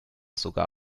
sogar